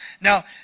Now